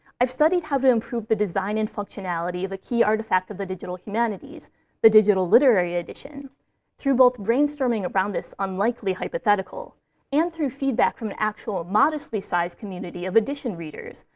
i've studied how to improve the design and functionality of a key artifact of the digital humanities the digital literary edition through both brainstorming around this unlikely hypothetical and through feedback from an actual, modestly-sized community of edition readers,